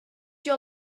your